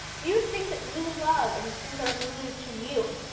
use things that you love and things that are familiar to you.